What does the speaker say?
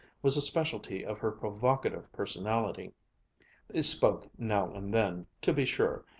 was a specialty of her provocative personality they spoke now and then, to be sure,